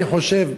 אני חושב,